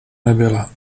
nebyla